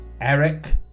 Eric